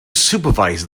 supervise